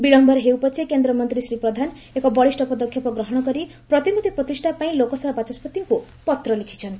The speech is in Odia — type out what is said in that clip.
ବିଳମ୍ୟରେ ହେଉ ପଛେ କେନ୍ଦ୍ରମନ୍ତୀ ଶ୍ରୀ ପ୍ରଧାନ ଏକ ବଳିଷ ପଦକ୍ଷେପ ଗ୍ରହଣ କରି ପ୍ରତିମୂର୍ତି ପ୍ରତିଷା ପାଇଁ ଲୋକସଭା ବାଚସ୍ୱତିଙ୍କୁ ପତ୍ର ଲେଖିଛନ୍ତି